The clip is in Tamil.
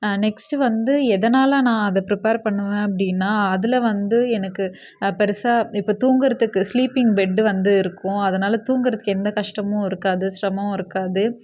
நெக்ஸ்ட்டு வந்து எதனால் நான் அதை ப்ரிப்பேர் பண்ணுவேன் அப்படின்னா அதில் வந்து எனக்கு பெருசாக இப்போ தூங்குறதுக்கு ஸ்லீப்பிங் பெட்டு வந்து இருக்கும் அதனால் தூங்குறதுக்கு எந்த கஷ்டமும் இருக்காது சிரமம் இருக்காது